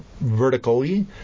vertically